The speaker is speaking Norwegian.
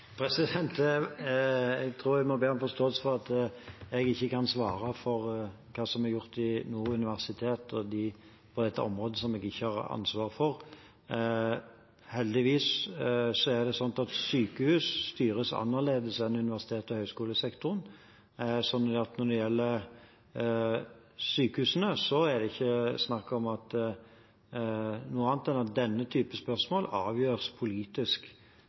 ned? Jeg tror jeg må be om forståelse for at jeg ikke kan svare for hva som er gjort ved Nord universitet og på dette området som jeg ikke har ansvar for. Det er heldigvis sånn at sykehus styres annerledes enn universitets- og høyskolesektoren. Når det gjelder sykehusene, er det ikke snakk om noe annet enn at denne typen spørsmål avgjøres politisk